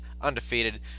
undefeated